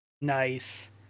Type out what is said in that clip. Nice